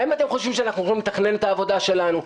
האם אתם חושבים שאנחנו יכולים לתכנן את העבודה שלנו?